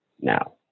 now